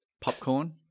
Popcorn